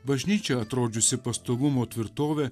bažnyčioje atrodžiusi pastovumo tvirtovė